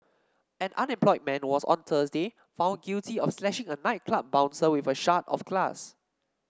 an unemployed man was on Thursday found guilty of slashing a nightclub bouncer with a shard of glass